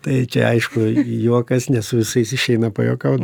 tai čia aišku juokas ne su visais išeina pajuokaut